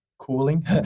cooling